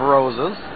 Roses